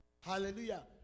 Hallelujah